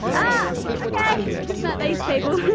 ah okay, we just met these people